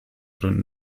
gründen